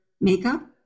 makeup